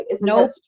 No